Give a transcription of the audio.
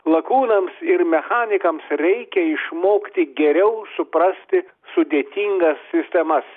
lakūnams ir mechanikams reikia išmokti geriau suprasti sudėtingas sistemas